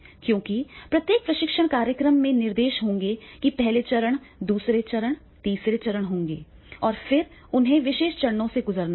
क्योंकि प्रत्येक प्रशिक्षण कार्यक्रम में निर्देश होंगे कि पहले चरण दूसरे चरण तीसरे चरण होंगे और फिर उन्हें इन विशेष चरणों से गुजरना होगा